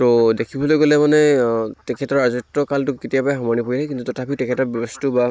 ত' দেখিবলৈ গ'লে মানে তেখেতৰ ৰাজত্ব কালটো কেতিয়াবাই সামৰণি পৰিলে কিন্তু তথাপিও তেখেতে বস্তু বা